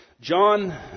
John